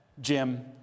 Jim